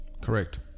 Correct